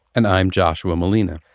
and i'm joshua malina.